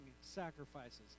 sacrifices